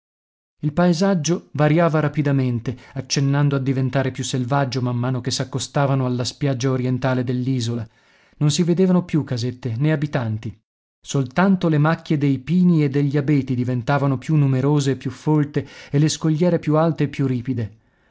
il paesaggio variava rapidamente accennando a diventare più selvaggio man mano che s'accostavano alla spiaggia orientale dell'isola non si vedevano più casette né abitanti soltanto le macchie dei pini e degli abeti diventavano più numerose e più folte e le scogliere più alte e più ripide